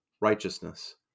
Righteousness